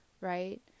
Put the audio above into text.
right